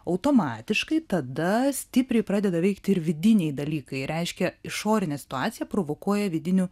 automatiškai tada stipriai pradeda veikti ir vidiniai dalykai reiškia išorinę situaciją provokuoja vidinių